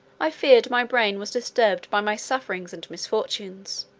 i feared my brain was disturbed by my sufferings and misfortunes.